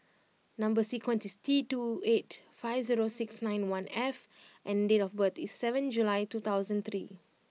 number sequence is T two eight five zero six nine one F and date of birth is seventh July two thousand three